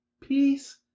Peace